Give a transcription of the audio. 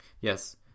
Yes